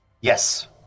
Yes